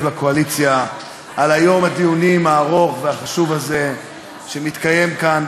לקואליציה על יום הדיונים הארוך והחשוב הזה שמתקיים כאן,